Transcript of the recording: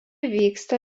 vyksta